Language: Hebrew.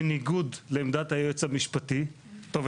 בניגוד לעמדת היועץ המשפטי טוב,